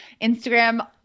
Instagram